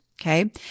Okay